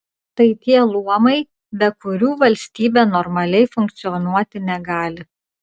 tai tie luomai be kurių valstybė normaliai funkcionuoti negali